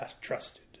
trusted